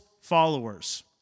followers